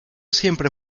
siempre